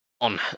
on